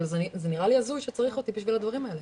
אבל נראה לי הזוי שצריכים אותי בשביל הדברים האלה.